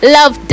Love